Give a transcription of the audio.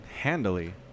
handily